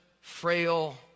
frail